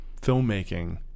filmmaking